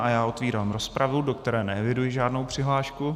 A já otvírám rozpravu, do které neeviduji žádnou přihlášku.